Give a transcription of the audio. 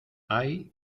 hay